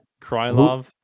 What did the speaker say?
Krylov